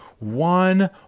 one